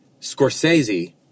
Scorsese